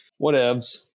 Whatevs